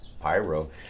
pyro